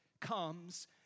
comes